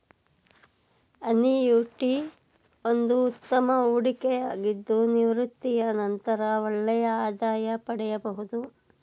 annuity ಒಂದು ಉತ್ತಮ ಹೂಡಿಕೆಯಾಗಿದ್ದು ನಿವೃತ್ತಿಯ ನಂತರ ಒಳ್ಳೆಯ ಆದಾಯ ಪಡೆಯಬಹುದು